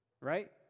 Right